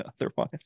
otherwise